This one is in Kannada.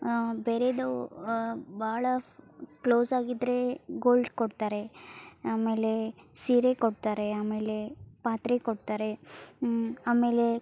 ಬೇರೆದವು ಭಾಳ ಕ್ಲೋಸಾಗಿದ್ರೆ ಗೋಲ್ಡ್ ಕೊಡ್ತಾರೆ ಆಮೇಲೆ ಸೀರೆ ಕೊಡ್ತಾರೆ ಆಮೇಲೆ ಪಾತ್ರೆ ಕೊಡ್ತಾರೆ ಆಮೇಲೆ